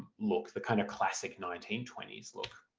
look, the kind of classic nineteen twenty s look.